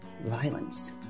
Violence